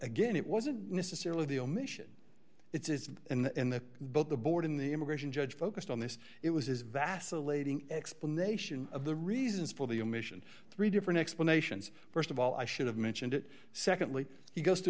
again it wasn't necessarily the omission it's in the book the board in the immigration judge focused on this it was his vacillating explanation of the reasons for the omission three different explanations st of all i should have mentioned it secondly he goes to